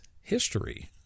history